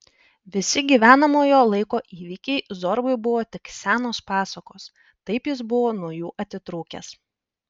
visi gyvenamojo laiko įvykiai zorbai buvo tik senos pasakos taip jis buvo nuo jų atitrūkęs